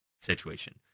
situation